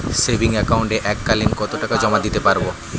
Savings একাউন্টে এক কালিন কতটাকা জমা দিতে পারব?